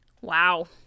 Wow